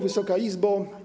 Wysoka Izbo!